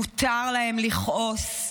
מותר להם לכעוס.